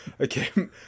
Okay